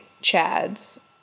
Chad's